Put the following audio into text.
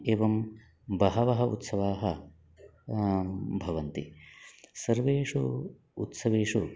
एवं बहवः उत्सवाः भवन्ति सर्वेषु उत्सवेषु